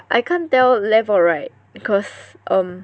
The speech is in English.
I can't tell left or right because um